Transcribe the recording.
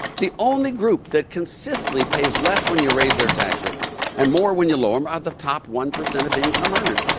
the only group that consistently pays less when you raise their tax rates and more when you lower them are the top one percent of income earners.